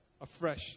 afresh